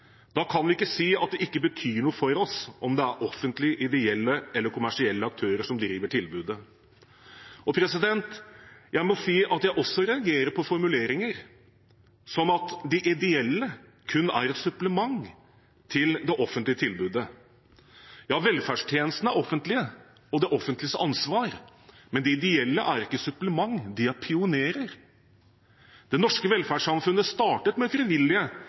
Da kan vi ikke si at det ikke betyr noe for oss om det er offentlige, ideelle eller kommersielle aktører som driver tilbudet. Jeg må si at jeg også reagerer på formuleringer som at de ideelle kun er et supplement til det offentlige tilbudet. Ja, velferdstjenestene er offentlige og det offentliges ansvar, men de ideelle er ikke et supplement. De er pionerer. Det norske velferdssamfunnet startet med frivillige